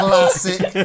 Classic